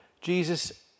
Jesus